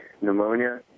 pneumonia